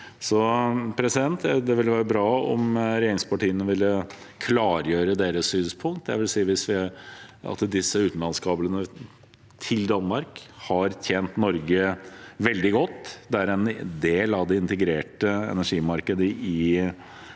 vil godkjenne. Det ville være bra om regjeringspartiene kunne klargjøre sitt synspunkt. Jeg vil si at utenlandskablene til Danmark har tjent Norge veldig godt. De er en del av det integrerte energimarkedet i